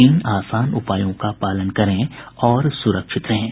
तीन आसान उपायों का पालन करें और सुरक्षित रहें